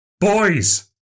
Boys